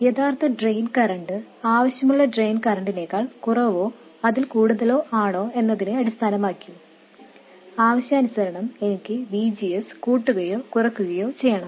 യഥാർത്ഥ drain current ആവശ്യമുള്ള drain കറന്റിനേക്കാൾ കുറവോ അതിൽ കൂടുതലോ ആണോ എന്നതിനെ അടിസ്ഥാനമാക്കി ആവശ്യാനുസരണം എനിക്ക് V G S കൂട്ടുകയോ കുറയ്ക്കുകയോ ചെയ്യണം